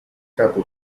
capo